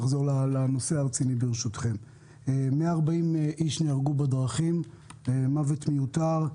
נהרגו 140 אנשים בתאונות דרכים וזה מוות מיותר.